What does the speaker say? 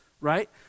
right